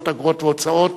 אגרות והוצאות